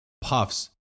Puffs